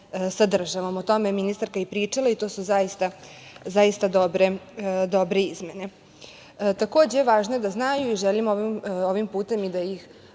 sadržano. O tome je ministarka i pričala i to su zaista dobre izmene. Takođe, važno je da znaju i želim ovim putem i da ih